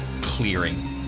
clearing